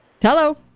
hello